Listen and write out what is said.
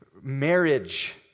marriage